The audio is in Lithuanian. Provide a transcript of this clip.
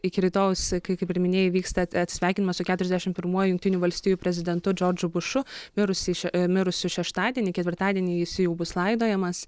iki rytojaus kai kaip ir minėjai vyksta atsisveikinimas su keturiasdešimt pirmuoju jungtinių valstijų prezidentu džordžu bušu mirusį mirusiu šeštadienį ketvirtadienį jis jau bus laidojamas